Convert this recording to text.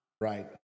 Right